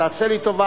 תעשה לי טובה,